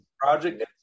Project